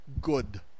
good